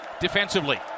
defensively